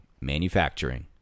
Manufacturing